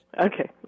Okay